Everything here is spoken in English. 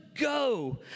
go